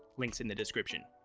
links in the description.